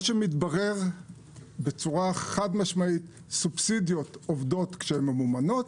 מה שמתברר בצורה חד-משמעית זה שסובסידיות עובדות כשהן ממומנות,